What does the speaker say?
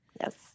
Yes